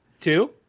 Two